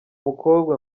mukobwa